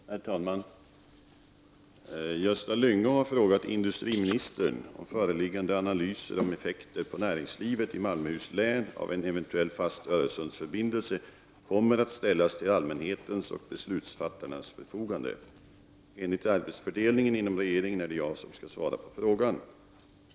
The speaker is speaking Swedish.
Herr talman! Gösta Lyngå har frågat industriministern om föreliggande analyser av effekter på näringslivet i Malmöhus län av en eventuell fast Öresundsförbindelse kommer att ställas till allmänhetens och beslutfattarnas förfogande. Enligt arbetsfördelningen inom regeringen är det jag som skall svara på frågan.